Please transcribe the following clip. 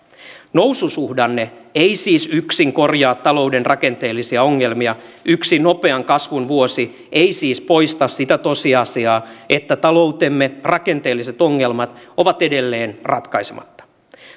noususuhdanne ei siis yksin korjaa talouden rakenteellisia ongelmia yksi nopean kasvun vuosi ei siis poista sitä tosiasiaa että taloutemme rakenteelliset ongelmat ovat edelleen ratkaisematta